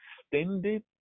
extended